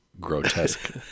grotesque